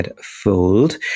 Fold